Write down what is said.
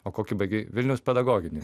o kokį baigei vilniaus pedagoginį